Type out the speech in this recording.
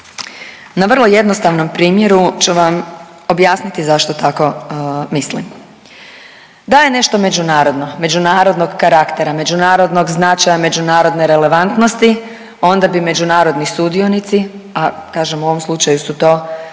Na vrlo jednostavnom primjeru ću vam objasniti zašto tako mislim. Da je nešto međunarodno, međunarodnog karaktera, međunarodnog značaja, međunarodne relevantnosti onda bi međunarodni sudionici, a kažem u ovom slučaju su to